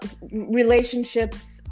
relationships